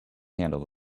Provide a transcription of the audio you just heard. handle